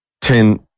ten